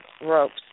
ropes